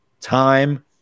time